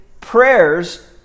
prayers